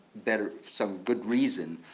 better, some good reason,